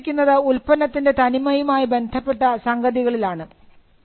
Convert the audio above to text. സംരക്ഷണം ലഭിക്കുന്നത് ഉൽപ്പന്നത്തിൻറെ തനിമയുമായി ബന്ധപ്പെട്ട സംഗതികളിലാണ്